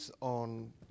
on